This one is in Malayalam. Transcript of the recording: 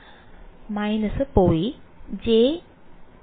വിദ്യാർത്ഥി − 12